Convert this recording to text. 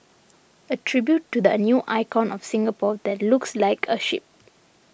a tribute to the a new icon of Singapore that looks like a ship